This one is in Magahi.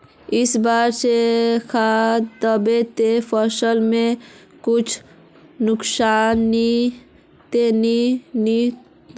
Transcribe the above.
इ सब जे खाद दबे ते फसल में कुछ नुकसान ते नय ने होते